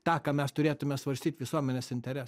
tą ką mes turėtume svarstyt visuomenės interesas